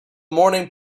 morning